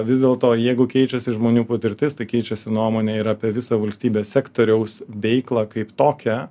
vis dėlto jeigu keičiasi žmonių patirtis tai keičiasi nuomonė ir apie visą valstybės sektoriaus veiklą kaip tokią